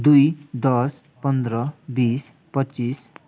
दुई दस पन्ध्र बिस पच्चिस